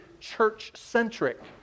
church-centric